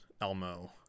elmo